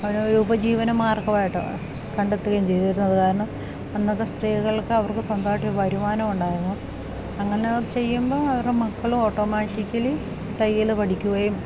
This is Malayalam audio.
അങ്ങനെ ഉപജീവനമാർഗ്ഗമായിട്ട് കണ്ടെത്തുകയും ചെയ്തിരുന്നു അത് കാരണം അന്നത്തെ സ്ത്രീകൾക്ക് അവർക്ക് സ്വന്തായിട്ട് വരുമാനം ഉണ്ടായിരുന്നു അങ്ങനെ ചെയ്യുമ്പോൾ അവരുടെ മക്കളും ഓട്ടോമാറ്റിക്കലി തയ്യല് പഠിക്കുകയും